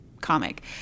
comic